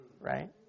right